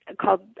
called